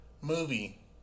Movie